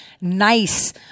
nice